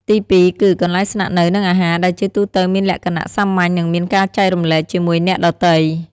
ទីពីរគឺ កន្លែងស្នាក់នៅ និងអាហារ ដែលជាទូទៅមានលក្ខណៈសាមញ្ញនិងមានការចែករំលែកជាមួយអ្នកដទៃ។